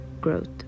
growth